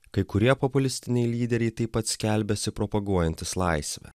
kai kurie populistiniai lyderiai taip pat skelbiasi propaguojantys laisvę